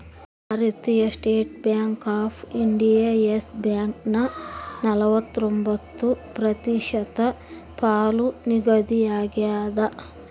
ಭಾರತೀಯ state bank of India Yes ಬ್ಯಾಂಕನ ನಲವತ್ರೊಂಬತ್ತು ಪ್ರತಿಶತ ಪಾಲು ನಿಗದಿಯಾಗ್ಯದ